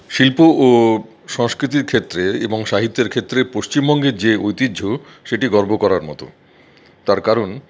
শিল্প ও সংস্কৃতির ক্ষেত্রে এবং সাহিত্যের ক্ষেত্রে পশ্চিমবঙ্গের যে ঐতিহ্য সেটি গর্ব করার মতো তার কারণ